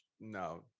no